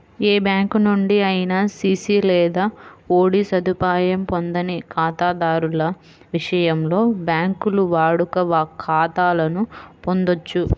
ఏ bank నుండి అయినా CC లేదా ఓడి సదుపాయం పొందని ఖాతాదారుల విషయంలో, బ్యాంకులు వాడుక ఖాతాలను పొందొచ్చు